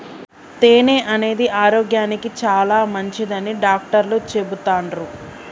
తేనె అనేది ఆరోగ్యానికి చాలా మంచిదని డాక్టర్లు చెపుతాన్రు